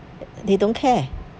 they don't care